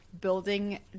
building